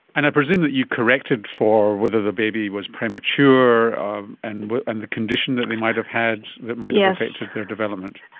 and i presume that you corrected for whether the baby was premature um and but and the condition that they might have had that might have yeah affected their development?